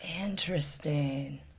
Interesting